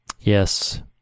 Yes